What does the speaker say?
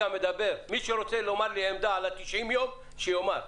מי שרוצה לומר לי עמדה על ה-90 יום, שיאמר.